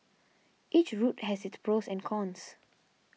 each route has its pros and cons